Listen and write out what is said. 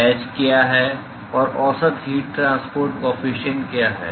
H क्या है और औसत हीट ट्रांसपोर्ट कॉफिशिएंट क्या है